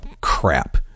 crap